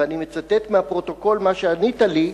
ואני מצטט מהפרוטוקול מה שענית לי: